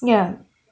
ya